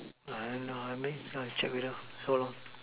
I don't know I mean I check with her hold on